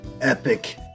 epic